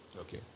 Okay